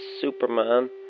Superman